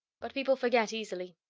but people forget easily.